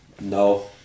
no